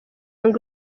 young